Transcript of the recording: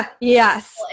yes